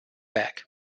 back